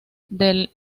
del